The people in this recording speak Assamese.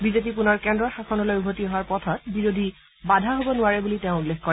বিজেপি পুনৰ কেন্দ্ৰৰ শাসনলৈ উভতি অহাৰ পথত বিৰোধী বাধা হ'ব নোৱাৰে বুলি তেওঁ উল্লেখ কৰে